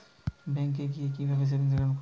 ব্যাঙ্কে গিয়ে কিভাবে সেভিংস একাউন্ট খুলব?